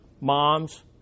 moms